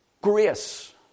Grace